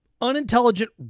Unintelligent